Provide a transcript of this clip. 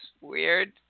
weird